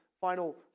final